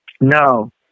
No